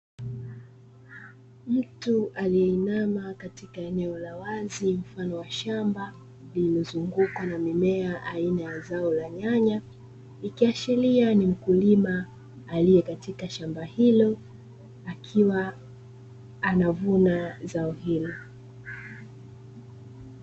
Mtu aliyeinama katika eneo la wazi mfano wa shamba lililozungukwa na mimea aina ya zao la nyanya, ikiashiria ni mkulima aliye katika shamba hilo akiwa anavuna zao hilo.